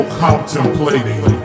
contemplating